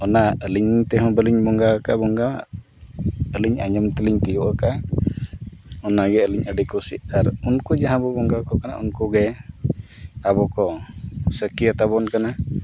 ᱚᱱᱟ ᱟᱹᱞᱤᱧ ᱛᱮᱦᱚᱸ ᱵᱟᱹᱞᱤᱧ ᱵᱚᱸᱜᱟᱜᱼᱟ ᱵᱚᱸᱜᱟᱣᱟᱜ ᱟᱹᱞᱤᱧ ᱟᱸᱡᱚᱢ ᱛᱮᱞᱤᱧ ᱛᱤᱭᱳᱜ ᱠᱟᱜᱼᱟ ᱚᱱᱟᱜᱮ ᱟᱹᱞᱤᱧ ᱟᱹᱰᱤ ᱠᱩᱥᱤ ᱟᱨ ᱩᱱᱠᱩ ᱡᱟᱦᱟᱸ ᱵᱚᱱ ᱵᱚᱸᱜᱟ ᱠᱚ ᱠᱟᱱᱟ ᱩᱱᱠᱩ ᱜᱮ ᱟᱵᱚ ᱠᱚ ᱥᱟᱠᱷᱤᱭᱟ ᱛᱟᱵᱚᱱ ᱠᱟᱱᱟ